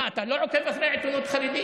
מה, אתה לא עוקב אחרי עיתונות חרדית?